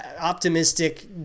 optimistic